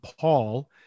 Paul